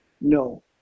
No